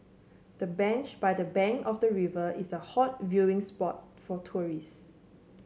the bench by the bank of the river is a hot viewing spot for tourists